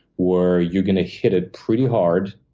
where you're gonna hit it pretty hard,